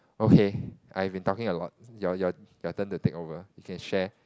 okay I've been talking a lot your your your turn to take over you can share